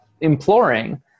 imploring